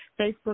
Facebook